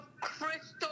crystal